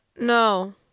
No